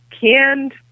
canned